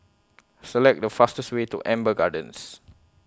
Select The fastest Way to Amber Gardens